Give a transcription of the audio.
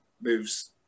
moves